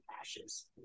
ashes